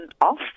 off